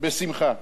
בשמחה.